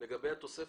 לגבי התוספת,